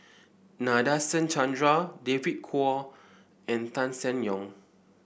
Nadasen Chandra David Kwo and Tan Seng Yong